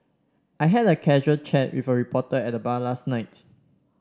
I had a casual chat with a reporter at the bar last night